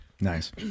nice